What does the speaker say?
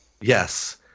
yes